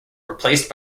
replaced